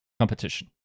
competition